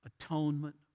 atonement